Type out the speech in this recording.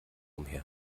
umher